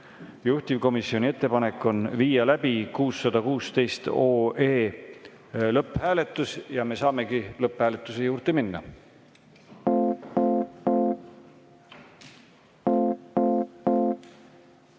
Juhtivkomisjoni ettepanek on viia läbi 616 lõpphääletus ja me saamegi lõpphääletuse juurde minna.